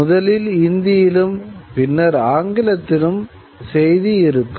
முதலில் இந்தியிலும் பின்னர் ஆங்கிலத்திலும் செய்தி இருக்கும்